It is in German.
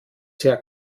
sehr